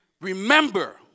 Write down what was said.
remember